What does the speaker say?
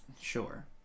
Sure